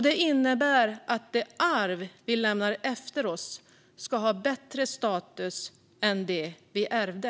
Det innebär att det arv vi lämnar efter oss ska ha bättre status än det vi ärvde.